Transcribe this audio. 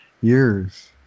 years